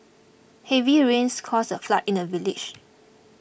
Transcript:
heavy rains caused a flood in the village